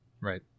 Right